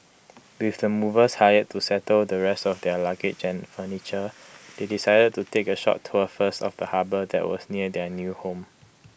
with the movers hired to settle the rest of their luggage and furniture they decided to take A short tour first of the harbour that was near their new home